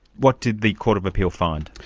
what did the court of appeal find?